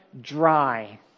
dry